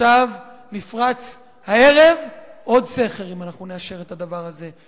הערב נפרץ עוד סכר, אם אנחנו נאשר את הדבר הזה.